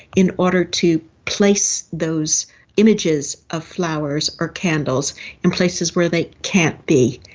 in order to place those images of flowers or candles in places where they can't be.